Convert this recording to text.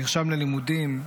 נרשם ללימודים,